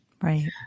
Right